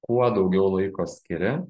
kuo daugiau laiko skiri